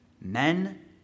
men